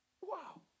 Wow